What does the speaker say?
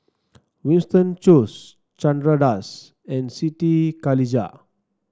Winston Choos Chandra Das and Siti Khalijah